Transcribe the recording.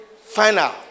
final